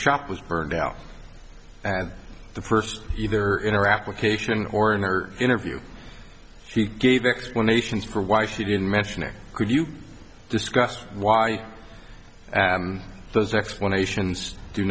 shop was burned out at the first either in or application or in our interview he gave explanations for why she didn't mention it could you discuss why those explanations do